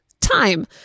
Time